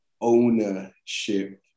ownership